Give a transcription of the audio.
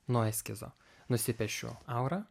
nuo eskizo nusipiešiu aurą